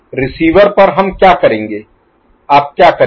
receiver पर हम क्या करेंगे आप क्या करेंगे